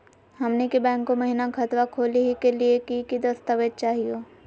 हमनी के बैंको महिना खतवा खोलही के लिए कि कि दस्तावेज चाहीयो?